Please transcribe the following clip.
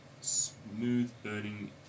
smooth-burning